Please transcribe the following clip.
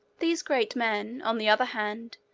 these great men, on the other hand,